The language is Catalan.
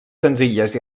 senzilles